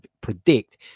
predict